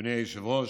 אדוני היושב-ראש,